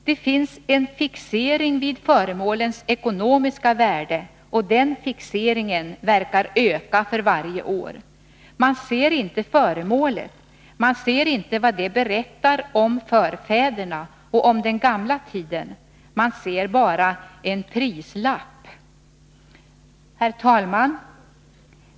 Det finns en fixering vid föremålens ekonomiska värde, och den fixeringen verkar öka för varje år. Man ser inte föremålet. Man ser inte vad det berättar om förfäderna och den gamla tiden — man ser bara en prislapp. Herr talman!